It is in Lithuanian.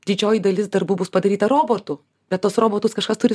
didžioji dalis darbų bus padaryta robotų bet tuos robotus kažkas turi